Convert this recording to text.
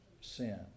sin